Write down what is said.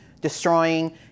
destroying